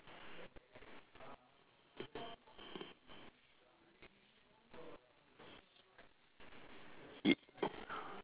y~